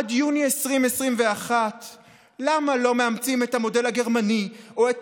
עד יוני 2021. למה לא מאמצים את המודל הגרמני או את